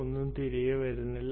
ഒന്നും തിരികെ വരുന്നില്ല